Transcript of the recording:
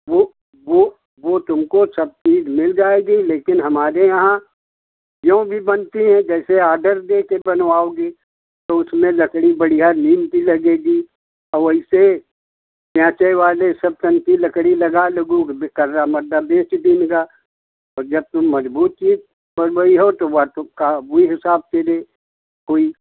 वह वह वह तुमको सब चीज़ मिल जाएगी लेकिन हमारे यहाँ जो भी बनती है जैसा ऑर्डर दे के बनवाओगे तो उसमें लकड़ी बढ़िया नीम की लगेगी और वैसे पेशे वाले सब ढंग की लकड़ी लगा लुगु के कर रहा मतलब बेच देगा जब तुम मज़बूत चीज़ बनबहैयो तो उसका ओही हिसाब से रेट होई